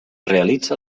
realitza